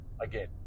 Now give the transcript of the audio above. again